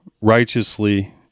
righteously